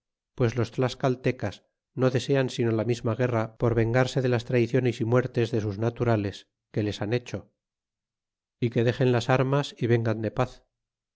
pues los tlascal teces no desean sino la misma guerra por vengarse de las traiciones y muertes de sus naturales que les han hecho y que dexen las armas y vengan de paz